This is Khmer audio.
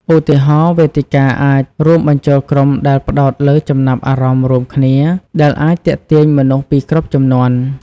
ឧទាហរណ៍ វេទិកាអាចរួមបញ្ចូលក្រុមដែលផ្តោតលើចំណាប់អារម្មណ៍រួមគ្នាដែលអាចទាក់ទាញមនុស្សពីគ្រប់ជំនាន់។